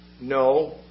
No